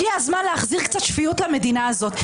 הגיע הזמן להחזיר קצת שפיות למדינה הזאת.